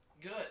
good